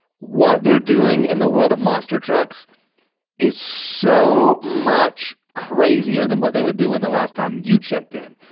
what they're doing in the world of monster trucks is so much crazier than what they were doing the last time you checked in.